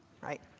right